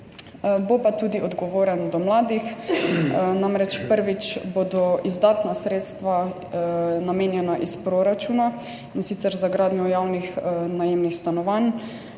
Bo pa tudi odgovoren do mladih, prvič bodo namreč izdatna sredstva namenjena iz proračuna, in sicer za gradnjo javnih najemnih stanovanj